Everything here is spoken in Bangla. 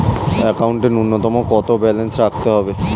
একাউন্টে নূন্যতম কত ব্যালেন্স রাখতে হবে?